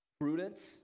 Prudence